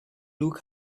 luke